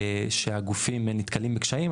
שהגופים נתקלים בקשיים,